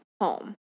home